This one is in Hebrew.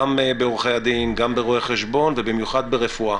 גם בעורכי הדין, גם ברואי חשבון, ובמיוחד ברפואה.